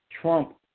Trump